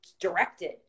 directed